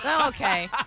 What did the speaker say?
okay